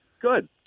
Good